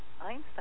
Einstein